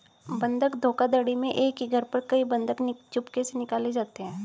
बंधक धोखाधड़ी में एक ही घर पर कई बंधक चुपके से निकाले जाते हैं